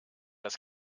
das